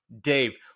Dave